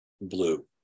Blue